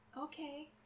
Okay